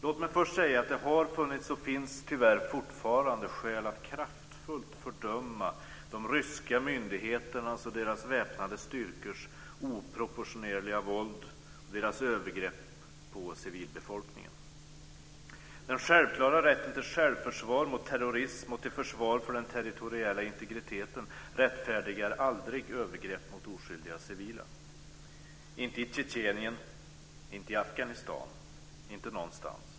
Låt mig först säga att det har funnits, och tyvärr fortfarande finns, skäl att kraftfullt fördöma de ryska myndigheternas och deras väpnade styrkors oproportionerliga våld och deras övergrepp på civilbefolkningen. Den självklara rätten till självförsvar mot terrorism och till försvar av den territoriella integriteten rättfärdigar aldrig övergrepp mot oskyldiga civila - inte i Tjetjenien, inte i Afghanistan, inte någonstans.